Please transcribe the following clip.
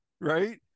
Right